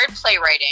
playwriting